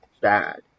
bad